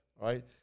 Right